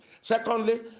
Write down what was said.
Secondly